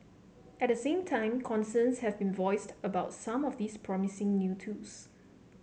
at the same time concerns have been voiced about some of these promising new tools